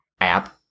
app